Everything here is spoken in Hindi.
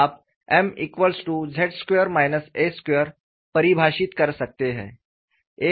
आप m z2 a2 परिभाषित कर सकते हैं